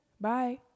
bye